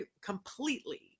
completely